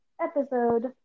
episode